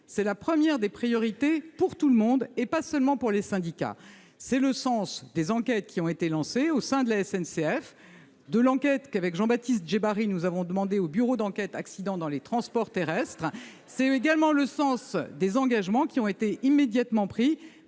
est la première priorité pour tout le monde, pas seulement pour les syndicats. C'est le sens des enquêtes qui ont été lancées au sein de la SNCF et de l'enquête que Jean-Baptiste Djebbari et moi-même avons demandée au bureau d'enquêtes sur les accidents de transport terrestre. C'est le sens aussi des engagements qui ont été pris immédiatement par